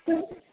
किम्